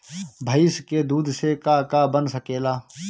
भइस के दूध से का का बन सकेला?